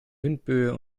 windböe